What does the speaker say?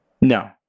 No